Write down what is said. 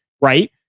right